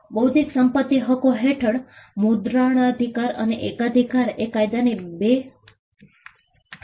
બૌદ્ધિક સંપત્તિ હકો હેઠળ મુદ્રણાધિકાર અને એકાધિકાર એ કાયદાની 2 શાખાઓ છે